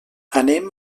anem